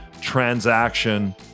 transaction